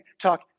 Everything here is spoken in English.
talk